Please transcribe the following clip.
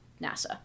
NASA